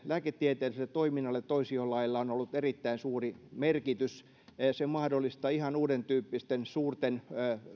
lääketieteelliselle toiminnalle toisiolailla on ollut erittäin suuri merkitys se mahdollistaa ihan uudentyyppisten suurten